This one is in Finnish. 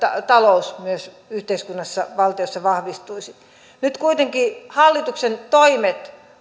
talous myös yhteiskunnassa valtiossa vahvistuisi nyt kuitenkin hallituksen toimet